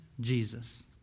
Jesus